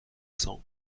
cents